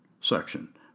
section